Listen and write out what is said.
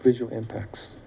visual impacts